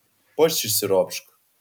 pats išsiropšk